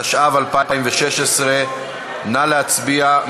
התשע"ו 2016. נא להצביע.